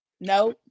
No